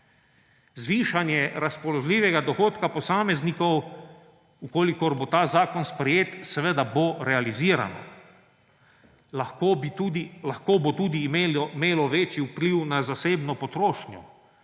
Zvišanje razpoložljivega dohodka posameznikov, če bo ta zakon sprejet, bo seveda realizirano, lahko bo tudi imelo večji vpliv na zasebno potrošnjo,